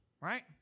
right